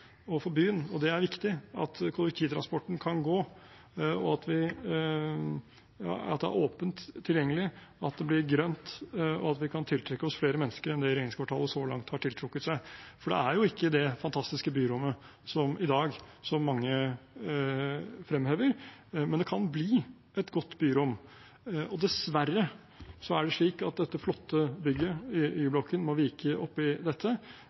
for byen. Det er viktig at kollektivtransporten kan gå, at det er åpent og tilgjengelig, at det blir grønt, og at vi kan tiltrekke oss flere mennesker enn det regjeringskvartalet så langt har tiltrukket seg. For det er jo ikke det fantastiske byrommet i dag som mange fremhever, men det kan bli et godt byrom. Og dessverre er det slik at dette flotte bygget, Y-blokken, må vike oppi dette,